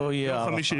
לא תהיה הארכה?